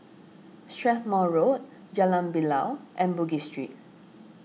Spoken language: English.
Strathmore Road Jalan Bilal and Bugis Street